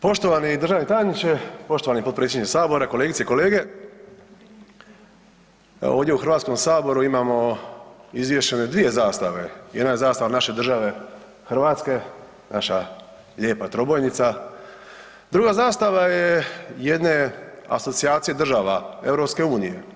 Poštovani državni tajniče, poštovani potpredsjedniče sabora, kolegice i kolege ovdje u Hrvatskom saboru imamo izvješene dvije zastave jedna je zastava naše države Hrvatske naša lijepa trobojnica, druga zastava je jedne asocijacije država EU.